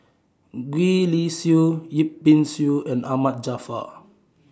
Gwee Li Sui Yip Pin Xiu and Ahmad Jaafar